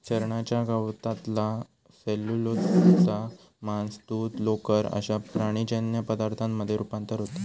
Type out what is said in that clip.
चरण्याच्या गवतातला सेल्युलोजचा मांस, दूध, लोकर अश्या प्राणीजन्य पदार्थांमध्ये रुपांतर होता